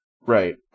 Right